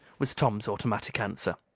was tom's automatic answer,